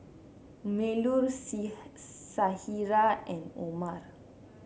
Melur Syirah and Omar